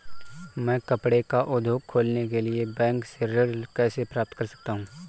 मैं कपड़े का उद्योग खोलने के लिए बैंक से ऋण कैसे प्राप्त कर सकता हूँ?